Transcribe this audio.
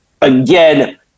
again